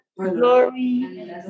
glory